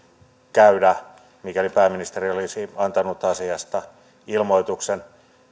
käydä mikäli pääministeri olisi antanut asiasta ilmoituksen